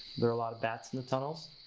there a lot of bats in the tunnels?